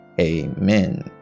Amen